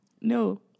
No